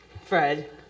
Fred